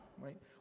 right